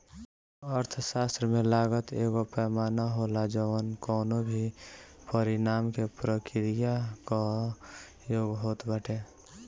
अर्थशास्त्र में लागत एगो पैमाना होला जवन कवनो भी परिणाम के प्रक्रिया कअ योग होत बाटे